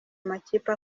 makipe